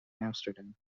amsterdam